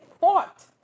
fought